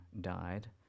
died